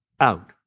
out